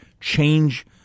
Change